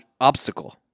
obstacle